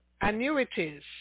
annuities